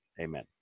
Amen